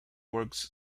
works